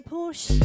Porsche